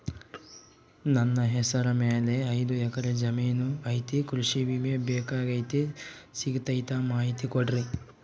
ನನ್ನ ಹೆಸರ ಮ್ಯಾಲೆ ಐದು ಎಕರೆ ಜಮೇನು ಐತಿ ಕೃಷಿ ವಿಮೆ ಬೇಕಾಗೈತಿ ಸಿಗ್ತೈತಾ ಮಾಹಿತಿ ಕೊಡ್ರಿ?